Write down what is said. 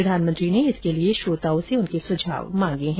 प्रधानमंत्री ने इसके लिए श्रोताओं से सुझाव मांगे हैं